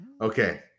Okay